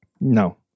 No